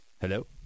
Hello